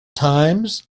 times